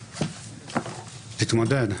תתמודד.